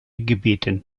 gebeten